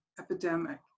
epidemic